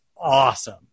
awesome